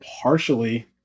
partially